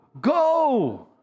Go